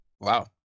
Wow